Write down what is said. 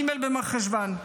ג' במרחשוון,